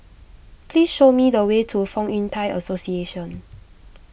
please show me the way to Fong Yun Thai Association